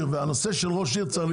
הנושא של ראש עיר צריך להיפתר.